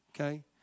okay